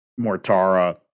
mortara